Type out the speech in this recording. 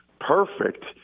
perfect